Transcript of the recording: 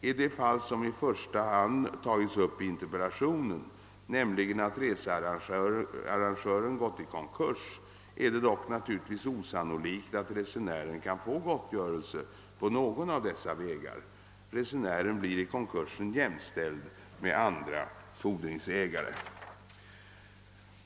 I det fall som i första hand tagits upp i interpellationen, nämligen att researrangören gått i konkurs, är det dock naturligtvis osannolikt att resenären kan få gottgörelse på någon av dessa vägar. Resenären blir i konkursen jämställd med andra fordringsägare.